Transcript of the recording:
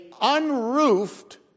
unroofed